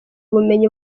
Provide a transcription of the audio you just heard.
ubumenyi